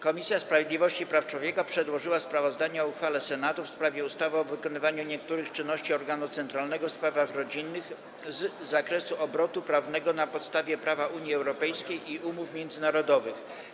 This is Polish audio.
Komisja Sprawiedliwości i Praw Człowieka przedłożyła sprawozdanie o uchwale Senatu w sprawie ustawy o wykonywaniu niektórych czynności organu centralnego w sprawach rodzinnych z zakresu obrotu prawnego na podstawie prawa Unii Europejskiej i umów międzynarodowych.